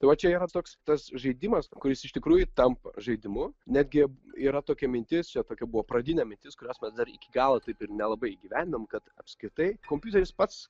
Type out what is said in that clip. tai va čia yra toks tas žaidimas kuris iš tikrųjų tampa žaidimu netgi yra tokia mintis čia tokia buvo pradinė mintis kurios mes dar iki galo taip ir nelabai įgyvendinom kad apskritai kompiuteris pats